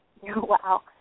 wow